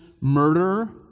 murderer